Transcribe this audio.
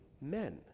men